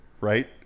right